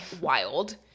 wild